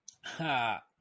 Ha